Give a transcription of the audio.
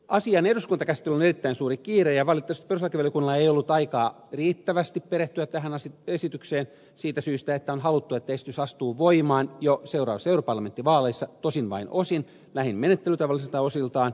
asian eduskuntakäsittelyllä on erittäin suuri kiire ja valitettavasti perustuslakivaliokunnalla ei ollut aikaa riittävästi perehtyä tähän esitykseen siitä syystä että on haluttu että esitys astuu voimaan jo seuraavissa europarlamenttivaaleissa tosin vain osin lähinnä menettelytavallisilta osiltaan